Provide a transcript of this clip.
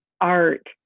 art